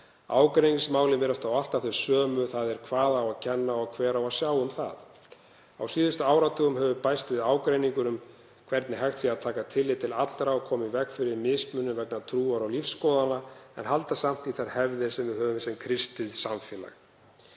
Ágreiningsmálin virðast þó ávallt þau sömu, þ.e. hvað á að kenna og hver á að sjá um það. Á síðustu áratugum hefur bæst við ágreiningur um hvernig hægt sé að taka tillit til allra og koma í veg fyrir mismunun vegna trúar- og lífsskoðana en halda samt í þær hefðir sem við höfum sem kristið samfélag.